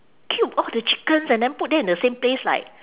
killed all the chickens and then put them in the same place like